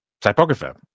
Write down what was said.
typographer